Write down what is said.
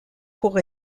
pour